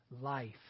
life